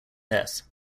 death